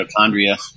mitochondria